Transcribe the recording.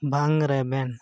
ᱵᱟᱝ ᱨᱮᱵᱮᱱ